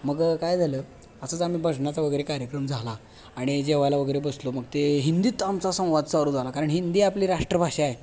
मग काय झालं असंच आम्ही भजनाचा वगैरे कार्यक्रम झाला आणि जेवायला वगैरे बसलो मग ते हिंदीत आमचा संवाद चालू झाला कारण हिंदी आपली राष्ट्रभाषा आहे